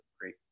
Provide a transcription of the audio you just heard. great